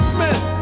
Smith